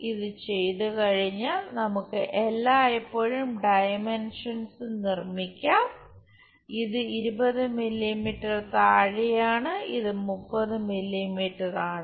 ഇത് ചെയ്തുകഴിഞ്ഞാൽ നമുക്ക് എല്ലായ്പ്പോഴും ഡയമെൻഷൻസ് നിർമ്മിക്കാം ഇത് 20 മില്ലീമീറ്റർ താഴെയാണ് ഇത് 30 മില്ലീമീറ്റർ ആണ്